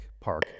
Park